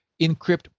encrypt